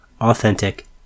authentic